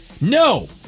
No